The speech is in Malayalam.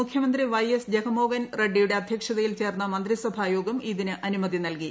മുഖ്യമന്ത്രി വൈ എസ് ജഗൻമോഹൻ റെഡ്ഡിയുടെ അധ്യക്ഷതയിൽ ചേർന്ന മന്ത്രിസഭായോഗം ഇതിന് അനുമതി നല്കി